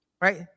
right